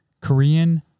Korean